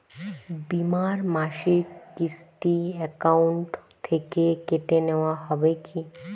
বিমার মাসিক কিস্তি অ্যাকাউন্ট থেকে কেটে নেওয়া হবে কি?